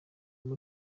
kuri